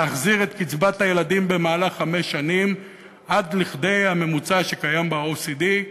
להחזיר את קצבת הילדים במהלך חמש שנים עד לממוצע שקיים ב-OECD,